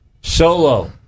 Solo